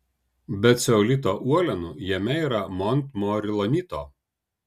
be ceolito uolienų jame yra montmorilonito